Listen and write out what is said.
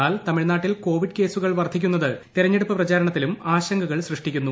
എന്നാൽ തമിഴ്നാട്ടിൽ കോവിഡ് കേസുകൾ വർദ്ധിക്കുന്നത് തെരഞ്ഞെടുപ്പ് പ്രചാരണത്തിലും ആശ ങ്കകൾ സൃഷ്ടിക്കുന്നു